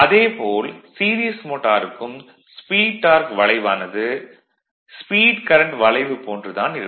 அதே போல் சீரிஸ் மோட்டாருக்கும் ஸ்பீட் டார்க் வளைவானது ஸ்பீட் கரண்ட் வளைவு போன்று தான் இருக்கும்